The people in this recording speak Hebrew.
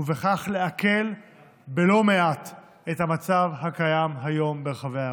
ובכך להקל בלא מעט את המצב הקיים כיום ברחבי הערים.